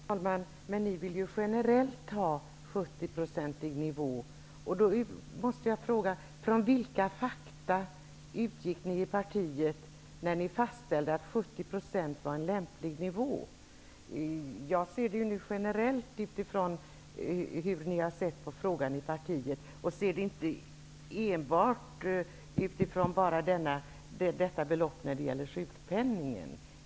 Herr talman! Men Ny demokrati vill ju generellt ha en 70-procentig nivå. Från vilka fakta utgick ni i partiet när ni fastställde att 70 % var en lämplig nivå? Jag ser det generellt utifrån hur ni sett frågan i partiet och ser det inte bara utifrån sjukpenningen.